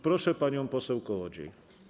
Proszę panią poseł Kołodziej.